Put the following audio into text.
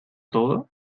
todo